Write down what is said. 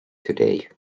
today